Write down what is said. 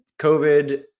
covid